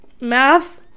Math